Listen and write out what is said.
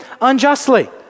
unjustly